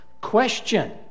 question